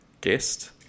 guest